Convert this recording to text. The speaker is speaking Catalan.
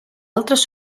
altres